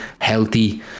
healthy